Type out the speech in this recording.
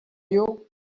you